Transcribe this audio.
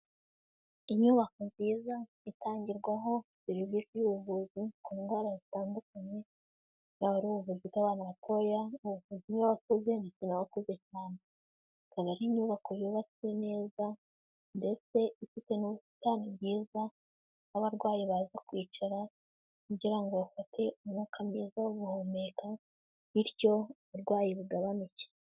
Inyubako nziza itangirwaho serivisi y'ubuvuzi ku ndwara zitandukanye, bwaba ari ubuvuzi bw'abana batoya, ubuvuzi bw'abakuze ndetse n'abakuze cyane. Ikaba ari inyubako yubatswe neza ndetse ifite n'ubusitani bwiza aho abarwayi baza kwicara kugira ngo bafate umwuka mwiza wo guhumeka bityo uburwayi bugabanuke.